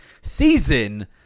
season